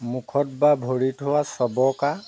মুখত বা ভৰিত হোৱা চবকা